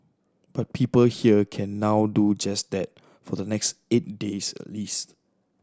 but people here can now do just that for the next eight days at least